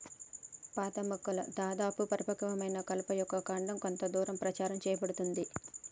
పాత మొక్కల దాదాపు పరిపక్వమైన కలప యొక్క కాండం కొంత దూరం ప్రచారం సేయబడుతుంది